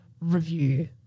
review